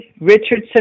Richardson